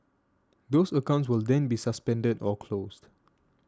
those accounts will then be suspended or closed